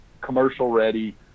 commercial-ready